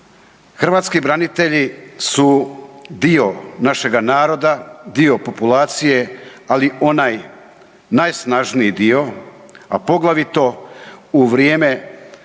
hrvatski branitelji su dio našega naroda, dio populacije ali onaj najsnažniji dio a poglavito u vrijeme